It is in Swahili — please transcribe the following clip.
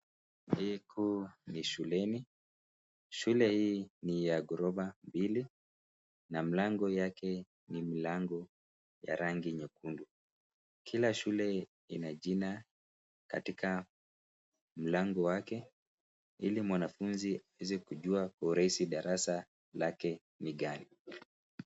Huku ni shuleni, shule hii ni ya ghorofa mbili na mlango yake ni mlango ya rangi nyekundu. Kila shule ina jina katika mlango wake ili mwanafunzi aweze kujua kwa urahisi darasa lake ni gani.